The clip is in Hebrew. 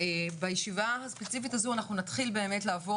בישיבה הספציפית הזו אנחנו נתחיל לעבור